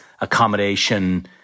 accommodation